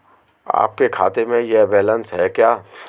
आपके खाते में यह बैलेंस है क्या?